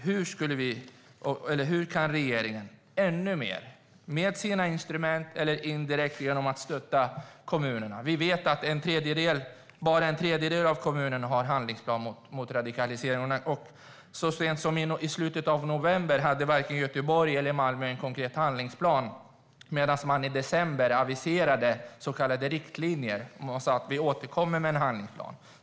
Hur kan regeringen göra ännu mer med sina instrument eller indirekt genom att stötta kommunerna? Vi vet att bara en tredjedel av kommunerna har en handlingsplan mot radikalisering. Så sent som i slutet av november hade varken Göteborg eller Malmö en konkret handlingsplan. I december aviserade man så kallade riktlinjer. Man sa: Vi återkommer med en handlingsplan.